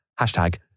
Hashtag